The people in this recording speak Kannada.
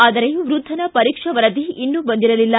ಆದರೆ ವೃದ್ಧನ ಪರೀಕ್ಷಾ ವರದಿ ಇನ್ನೂ ಬಂದಿರಲಿಲ್ಲ